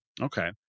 Okay